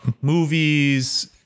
movies